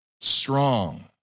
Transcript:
strong